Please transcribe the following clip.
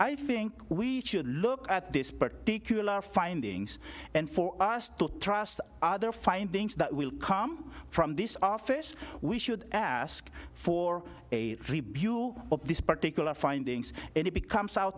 i think we should look at this particular findings and for us to trust other findings that will come from this office we should ask for a rebuke of this particular findings and it becomes out